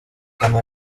ama